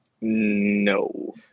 no